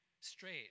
Straight